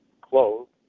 closed